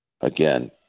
again